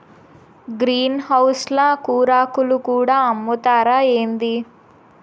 green house ల కూరాకులు కూడా అమ్ముతారా ఏంది